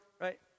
right